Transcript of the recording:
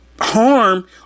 harm